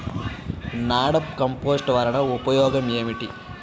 NADEP compost వలన ఉపయోగం ఏమిటి?